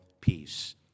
peace